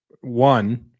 one